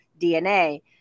DNA